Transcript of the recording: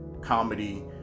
comedy